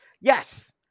Yes